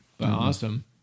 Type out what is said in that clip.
Awesome